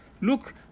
look